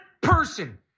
person